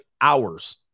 hours